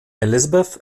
elizabeth